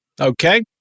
Okay